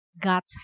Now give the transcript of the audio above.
God's